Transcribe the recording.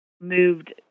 moved